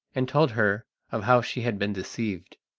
and told her of how she had been deceived.